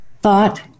Thought